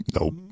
Nope